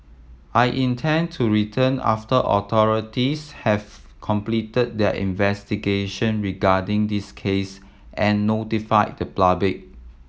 I intend to return after authorities have completed their investigation regarding this case and notified the public